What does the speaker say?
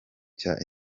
cya